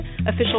official